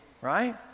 right